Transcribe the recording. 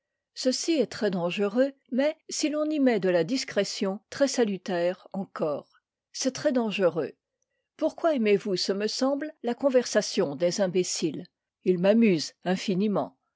ceci est très dangereux mais si l'on y met de la discrétion très salutaire encore c'est très dangereux pourquoi aimez-vous ce me semble la conversation des imbéciles ils m'amusent infiniment